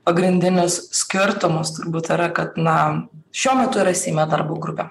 pagrindinis skirtumas turbūt yra kad na šiuo metu yra seime darbo grupė